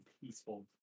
peaceful